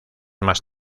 más